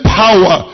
power